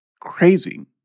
crazy